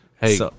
Hey